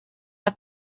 have